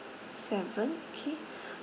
seven okay